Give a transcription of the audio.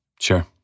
Sure